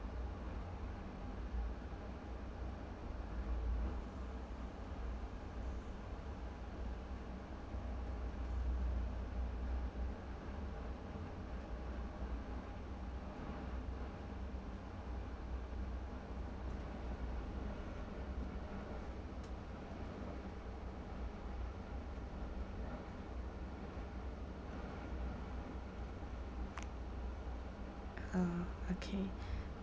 uh okay